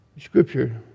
Scripture